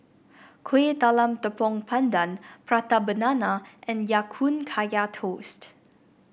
Kuih Talam Tepong Pandan Prata Banana and Ya Kun Kaya Toast